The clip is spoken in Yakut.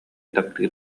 таптыыр